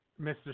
Mr